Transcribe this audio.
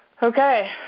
okay,